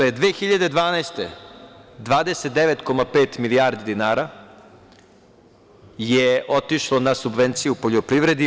Godine 2012. 29,5 milijardi dinara je otišlo na subvencije u poljoprivredi.